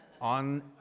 on